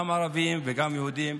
גם ערבים וגם יהודים,